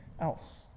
else